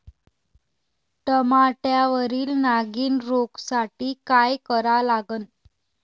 टमाट्यावरील नागीण रोगसाठी काय करा लागन?